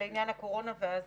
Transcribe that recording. יש